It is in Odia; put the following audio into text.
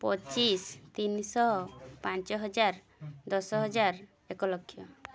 ପଚିଶ ତିନିଶହ ପାଞ୍ଚ ହଜାର ଦଶ ହଜାର ଏକଲକ୍ଷ